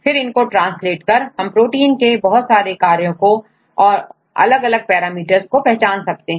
फिर इनको ट्रांसलेट कर हम प्रोटींस के बहुत सारे कार्यों को और अलग अलग पैरामीटर्स को पहचान सकते हैं